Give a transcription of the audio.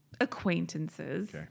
acquaintances